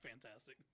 fantastic